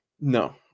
No